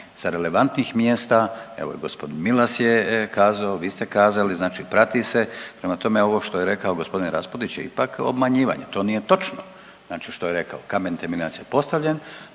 sa relevantnih mjesta, evo i g. Milas je kazao, vi ste kazali, znači prati se, prema tome ovo što je rekao g. Raspudić je ipak obmanjivanje, to nije točno znači što je rekao, kamen temeljac je postavljen,